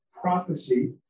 prophecy